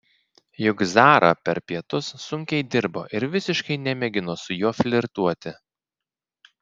juk zara per pietus sunkiai dirbo ir visiškai nemėgino su juo flirtuoti